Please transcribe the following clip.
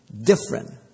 different